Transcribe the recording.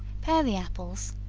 pare the apples,